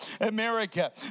America